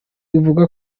ivuga